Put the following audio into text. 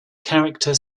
character